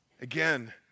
Again